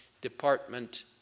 department